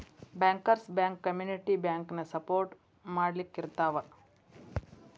bankers bank community ಬ್ಯಾಂಕನ support ಮಾಡ್ಲಿಕ್ಕಿರ್ತಾವ